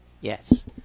Yes